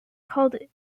called